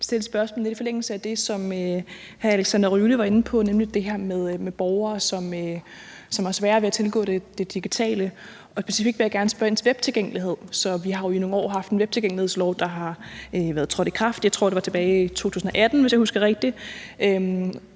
også stille spørgsmål lidt i forlængelse af det, hr. Alexander Ryle var inde på, nemlig det her med borgere, som har sværere ved at tilgå det digitale. Specifikt vil jeg gerne spørge ind til webtilgængelighed. Vi har jo i nogle år haft en webtilgængelighedslov, der trådte i kraft, jeg tror, det var 2018, hvis jeg husker rigtigt.